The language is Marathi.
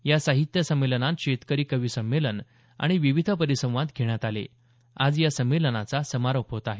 या साहित्य संमेलनात शेतकरी कवी संमेलन आणि विविध परिसंवाद घेण्यात आले आज या संमेलनाचा समारोप होत आहे